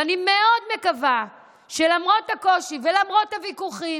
ואני מאוד מקווה שלמרות הקושי ולמרות הוויכוחים,